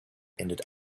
ended